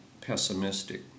pessimistic